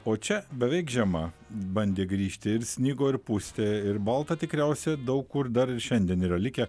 o čia beveik žiema bandė grįžti ir snigo ir pustė ir balta tikriausia daug kur dar ir šiandien yra likę